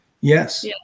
yes